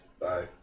Bye